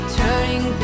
turning